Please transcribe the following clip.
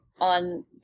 on